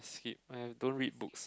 let's skip I don't read books